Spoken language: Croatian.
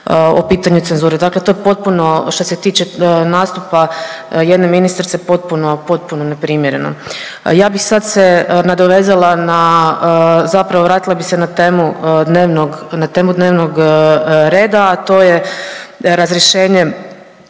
o pitanju cenzure, dakle to je potpuno što se tiče nastupa jedne ministrice potpuno, potpuno neprimjereno. Ja bi sad se nadovezala na, zapravo vratila bi se na temu dnevnog, na temu dnevnog